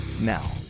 now